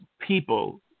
People